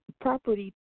property